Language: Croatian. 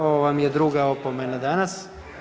Ovo vam je druga opomena danas.